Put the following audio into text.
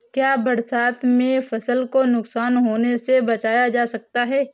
क्या बरसात में फसल को नुकसान होने से बचाया जा सकता है?